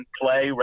play